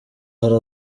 hari